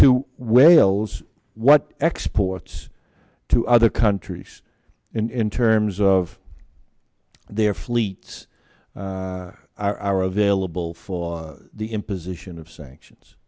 to wales what exports to other countries in terms of their fleets are available for the imposition of sanctions